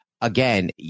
again